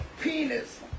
penis